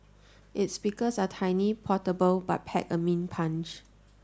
its speakers are tiny portable but pack a mean punch